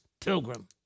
pilgrim